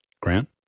Grant